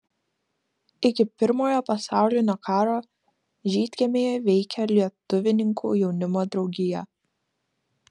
iki pirmojo pasaulinio karo žydkiemyje veikė lietuvininkų jaunimo draugija